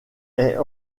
est